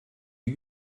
you